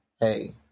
hey